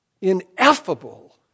ineffable